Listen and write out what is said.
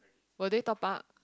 were they top up